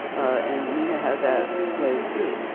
ah and nina, how. that way, too.